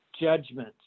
judgment